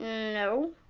no.